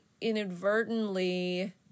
inadvertently